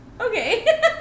Okay